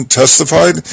testified